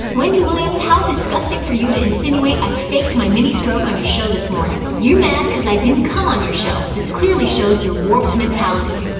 wendy williams how disgusting for you to insinuate i faked my mini stroke on your show this morning! you mad cause i didn't come on your show! this clearly shows your warped mentality!